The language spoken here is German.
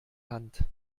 hand